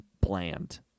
bland